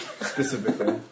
Specifically